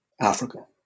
Africa